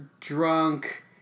drunk